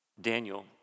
Daniel